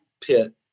pit